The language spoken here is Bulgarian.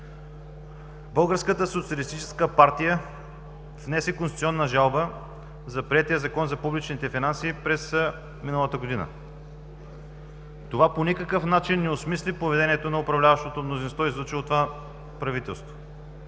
Българската социалистическа партия внесе конституционна жалба за приетия Закон за публичните финанси през миналата година. Това по никакъв начин не осмисли поведението на управляващото мнозинство, излъчило това правителство.